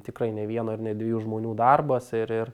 tikrai ne vieno ir ne dviejų žmonių darbas ir ir